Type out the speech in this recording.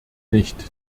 nicht